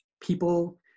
people